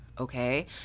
Okay